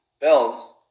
Bells